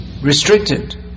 restricted